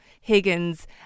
Higgins